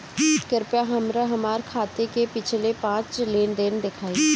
कृपया हमरा हमार खाते से पिछले पांच लेन देन दिखाइ